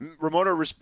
Ramona –